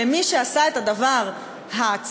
למי שעשה את הדבר הצרכני,